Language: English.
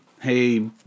hey